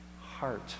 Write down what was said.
heart